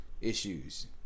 issues